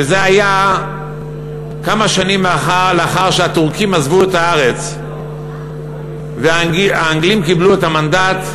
וזה היה כמה שנים לאחר שהטורקים עזבו את הארץ והאנגלים קיבלו את המנדט,